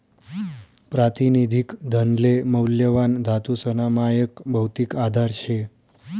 प्रातिनिधिक धनले मौल्यवान धातूसना मायक भौतिक आधार शे